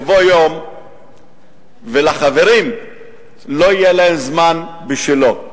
יבוא יום ולחברים לא יהיה זמן בשבילו.